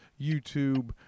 youtube